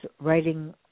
writing